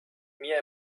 mir